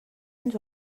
ens